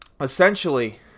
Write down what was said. essentially